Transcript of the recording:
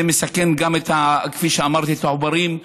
זה מסכן, כפי שאמרתי, גם את העוברים.